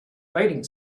writing